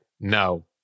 no